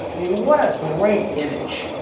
mean, what a great image,